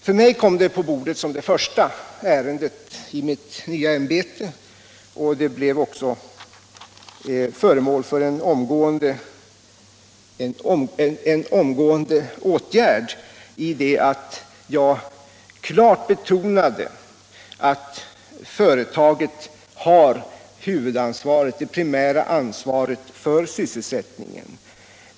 För mig kom detta som det första ärendet i mitt nya ämbete, och det blev också föremål för en omgående åtgärd i det att jag klart betonade att företaget har huvudansvaret, det primära ansvaret, för sysselsättningen.